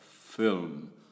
film